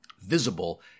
Visible